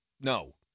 no